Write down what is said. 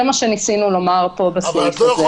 זה מה שניסינו לומר פה בסעיף הזה.